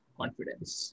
confidence